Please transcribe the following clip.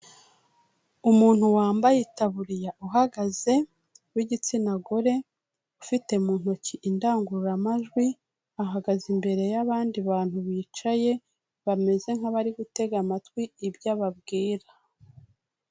Umuntu wambaye itaburiya uhagaze w'igitsina gore, ufite mu ntoki indangururamajwi, ahagaze imbere y'abandi bantu bicaye, bameze nk'abari gutega amatwi ibyo ababwira.